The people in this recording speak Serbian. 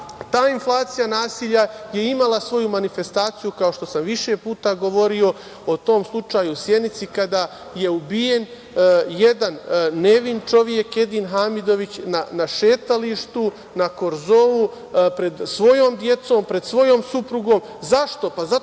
ta inflacija nasilja je imala svoju manifestaciju, kao što sam više puta govorio o tom slučaju, u Sjenici kada je ubijen jedan nevin čovek, Edin Hamidović na šetalištu, na korzou, pred svojom decom, pred svojom suprugom. Zašto?